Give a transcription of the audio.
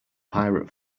pirate